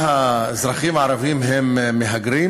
מה, האזרחים הערבים הם מהגרים?